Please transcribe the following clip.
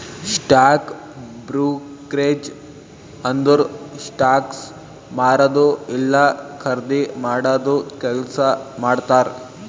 stock brokerage ಅಂದುರ್ stocks ಮಾರದು ಇಲ್ಲಾ ಖರ್ದಿ ಮಾಡಾದು ಕೆಲ್ಸಾ ಮಾಡ್ತಾರ್